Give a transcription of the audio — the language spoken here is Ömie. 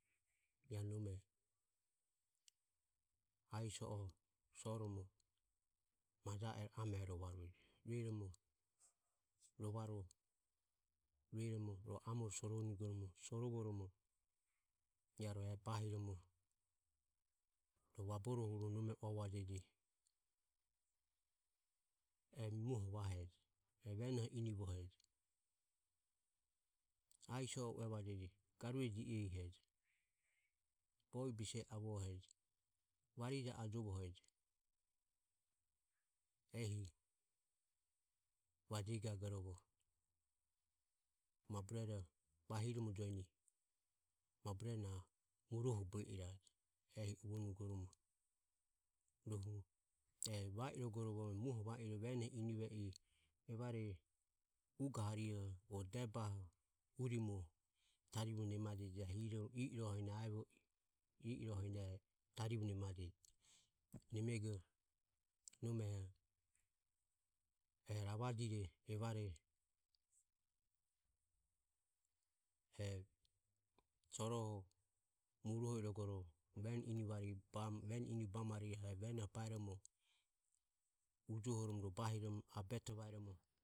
I a nome aiso o soromo maja ero amero rovareje. Rueromo rovaro rueromo ro amore suorovoromo iae ro e bahiromo rohu vaborohuro nome uavajeje: Emuoho vahejo e venoho invohejo aiso oho uvajeje garue ji ehihejo. Bovi bise e avohohejo varijae ajovohejo ehi vajegagorovo ma burero vahiromojoeni maburero na muruoho bue irajo. Ehi uvonugoromo rohu e va irogoro e muoho vene inive i evare ugo harihoho o debae urimo tarivo nemajeje i iroheni e aevo i i iroheni tarivo nemajeje. Nemego nome e rava jire evare e soroho muruoho irogoro vene inivo bamarire e venoho baeromo ujoho ro bahiromo vene abetovaeromo.